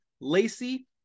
lacy